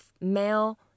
male